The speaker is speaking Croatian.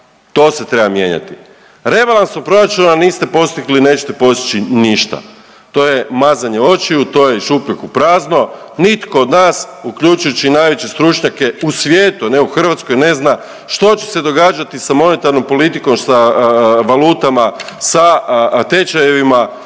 to se treba mijenjati. Rebalansom proračuna niste postigli i nećete postići ništa, to je mazanje očiju, to je iz šupljeg u prazno, nitko od nas uključujući i najveće stručnjake u svijetu, ne u Hrvatskoj, ne zna što će se događati sa monetarnom politikom, sa valutama, sa tečajevima